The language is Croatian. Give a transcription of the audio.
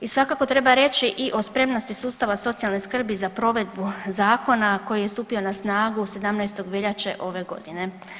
I svakako treba reći i o spremnosti sustava socijalne skrbi za provedbu zakona koji je stupio na snagu 17. veljače ove godine.